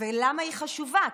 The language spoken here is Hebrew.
ולמה היא חשובה?